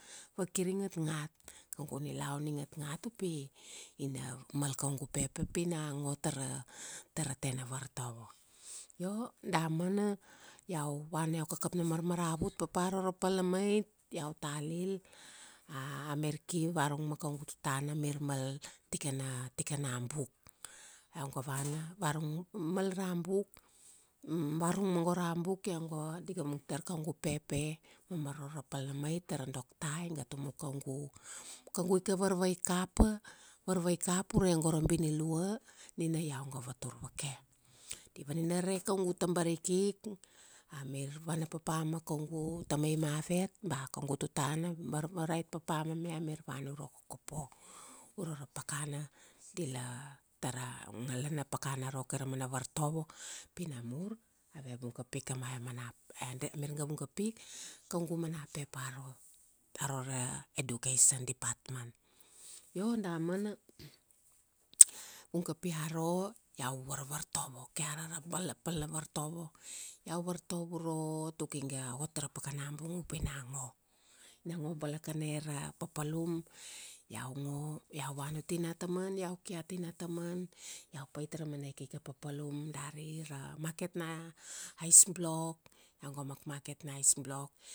Vakir i ngatngat. Kaugu nilaun i ngatngat upi, ina mal kaugu pepe pina ngo tara tena vartovo. Io, damana, iau vana iau kakap na marmaravut papa aro ra pal na mait, iau talil, a, mir ki varurung ma kaugu tutana, mir mal tikana, tikana buk. Iau ga vana, varung, mal ra buk, varurung ma go ra buk, iau ga, di ga vung tar kaugu pepe mamaro ra pal na mait tara dokta iga tumu kaugu, kaugu ika varvai kapa, varvai kapa ure go ra binilua, nina iau ga vatur vake. Di vaninare kaugu tabarikik, a mir vana papa ma kaugu, tamai mavet ba kaugu tutana, mir varait papa meme amir vana uro Kokopo. Uro ra pakana dila, tara ngalana pakana aro kaira mana vartovo, pi namur ave vung kapi kamave mana, e a mir ga vung kapi, kaugu mana pepe aro, aro ra education department. Io damana, vung kapia aro, iau varvartovo ke ara ra pal na vsartovo, iau vartovo uro, tuk iga ot ra pakana bung upi na ngo. Ina ngo balakane ra papalum, iau ngo, iau vana uti nataman iau ki ati nataman, iau pait ra mana ikika papalum dari ra market na, ice-block, iau ga mark-market na ice-block